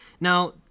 Now